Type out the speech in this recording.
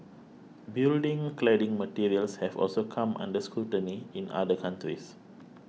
building cladding materials have also come under scrutiny in other countries